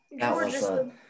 Georgia